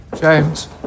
James